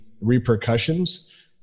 repercussions